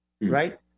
Right